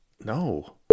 No